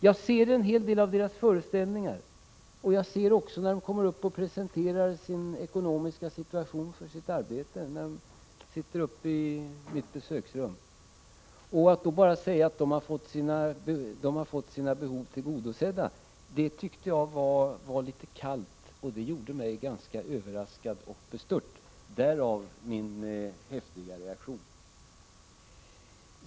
Jag ser en hel del av deras föreställningar, och jag ser dem också när de kommer upp till mitt besöksrum och presenterar sin ekonomiska situation. Att då bara säga att de har fått sina behov tillgodosedda — det tyckte jag var litet kallt, och det gjorde mig ganska överraskad och bestört. Därav min häftiga reaktion.